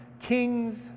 kings